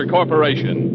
Corporation